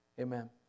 Amen